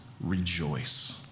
rejoice